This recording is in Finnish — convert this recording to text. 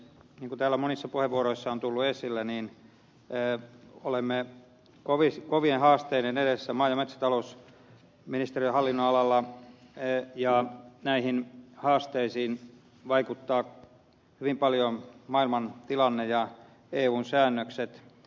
niin kuin täällä monissa puheenvuoroissa on tullut esille olemme kovien haasteiden edessä maa ja metsätalousministeriön hallinnonalalla ja näihin haasteisiin vaikuttavat hyvin paljon maailman tilanne ja eun säännökset